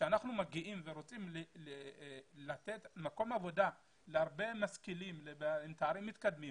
כשאנחנו מגיעים ורוצים לתת מקום עבודה להרבה משכילים עם תארים מתקדמים